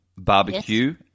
Barbecue